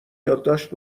یادداشت